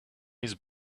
his